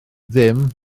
ddim